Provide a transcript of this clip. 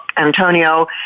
Antonio